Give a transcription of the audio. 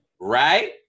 Right